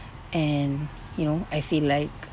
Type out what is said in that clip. and you know I feel like